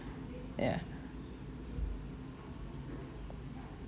ya